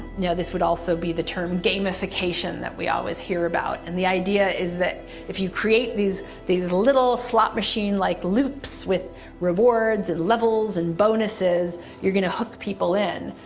now this would also be the term gamification that we always hear about. and the idea is that if you create these these little slot-machine-like loops with rewards and levels and bonuses, you're going to hook people in.